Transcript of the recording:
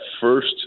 first